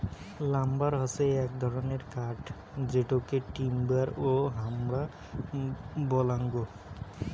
lumber হসে এক ধরণের কাঠ যেটোকে টিম্বার ও হামরা বলাঙ্গ